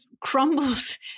crumbles